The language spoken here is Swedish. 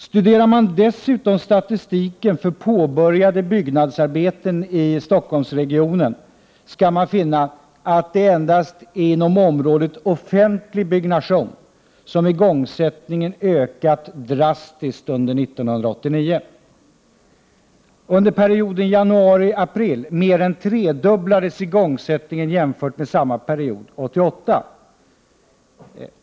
Studerar man dessutom statistiken för påbörjade byggnadsarbeten i Stockholmsregionen, finner man att det endast är inom området offentligt byggande som igångsättningen har ökat drastiskt under 1989. Under perioden januari-april mer än tredubblades igångsättningen jämfört med samma period 1988.